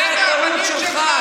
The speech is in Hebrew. זו הטעות שלך.